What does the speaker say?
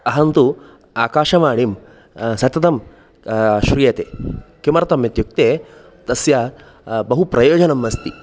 अहं तु आकाशवाणीं सततं श्रूयते किमर्थम् इत्युक्ते तस्य बहु प्रयोजनम् अस्ति